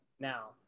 Now